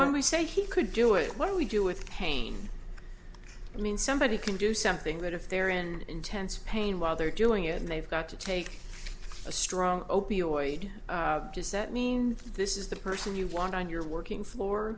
when we say he could do it what do we do with pain i mean somebody can do something good if they're in intense pain while they're doing it and they've got to take a strong opioid does that mean this is the person you want on your working floor